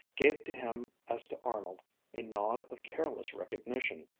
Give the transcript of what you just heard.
gave to him as to arnold a nod of careless recognition,